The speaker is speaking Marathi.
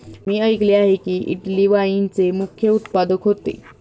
मी ऐकले आहे की, इटली वाईनचे मुख्य उत्पादक होते